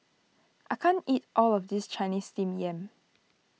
I can't eat all of this Chinese Steamed Yam